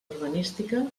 urbanística